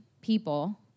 people